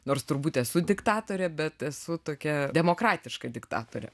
nors turbūt esu diktatorė bet esu tokia demokratiška diktatorė